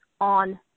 on